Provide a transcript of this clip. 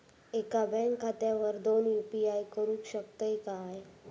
एका बँक खात्यावर दोन यू.पी.आय करुक शकतय काय?